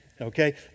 Okay